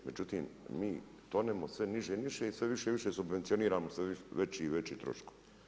Međutim, mi tonemo sve niže i niže i sve više i više subvencioniramo sve veće i veće troškove.